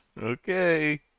okay